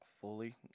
fully